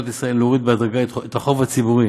ישראל להוריד בהדרגה את החוב הציבורי,